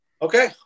Okay